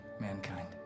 mankind